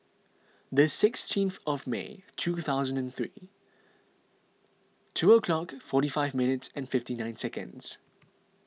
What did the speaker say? the sixteenth of May two thousand and three two O'clock forty five minutes and fifty nine seconds